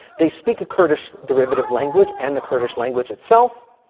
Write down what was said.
they speak a kurdish derivative language and the kurdish language itself.